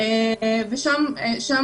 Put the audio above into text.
שיש בה